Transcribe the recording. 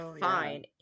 fine